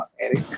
Eric